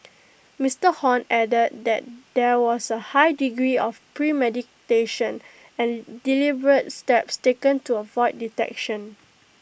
Mister Hon added that there was A high degree of premeditation and deliberate steps taken to avoid detection